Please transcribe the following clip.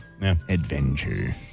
adventure